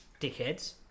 dickheads